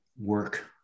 work